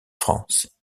france